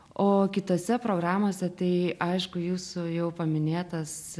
o kitose programose tai aišku jūsų jau paminėtas